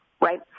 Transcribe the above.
right